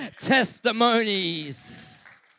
testimonies